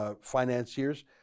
financiers